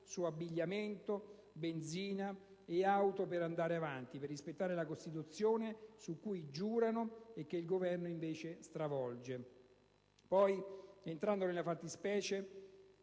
su abbigliamento, benzina e auto per andare avanti, per rispettare la Costituzione su cui giurano e che il Governo invece stravolge. Entrando nelle fattispecie